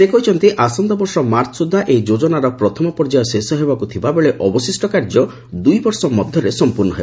ସେ କହିଛନ୍ତି ଆସନ୍ତା ବର୍ଷ ମାର୍ଚ୍ଚ ସୁଦ୍ଧା ଏହି ଯୋଜନାର ପ୍ରଥମ ପର୍ଯ୍ୟାୟ ଶେଷ ହେବାକୁ ଥିବାବେଳେ ଅବଶିଷ୍ଟ କାର୍ଯ୍ୟ ଦୁଇବର୍ଷ ମଧ୍ୟରେ ସଂପୂର୍ଣ୍ଣ ହେବ